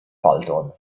fulton